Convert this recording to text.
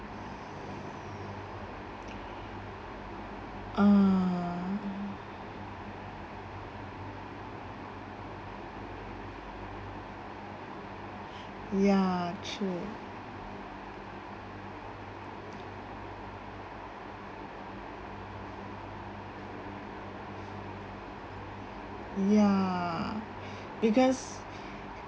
uh ya true ya because